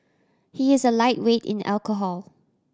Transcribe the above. he is a lightweight in alcohol